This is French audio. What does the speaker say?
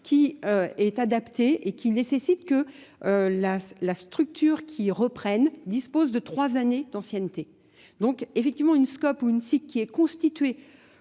qui est adapté et qui nécessite que la structure qui reprenne dispose de trois années d'ancienneté. Donc effectivement une scope ou une cycle qui est constituée